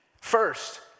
First